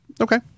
Okay